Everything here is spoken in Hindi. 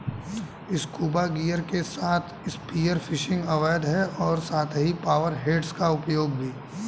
स्कूबा गियर के साथ स्पीयर फिशिंग अवैध है और साथ ही पावर हेड्स का उपयोग भी